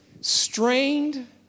strained